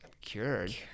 cured